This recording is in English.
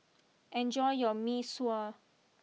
enjoy your Mee Sua